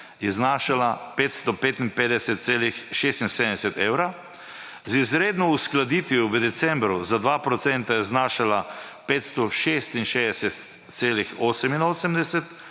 je znašala 555,76 evra, z izredno uskladitvijo v decembru za 2 % je znašala 566,88 evra,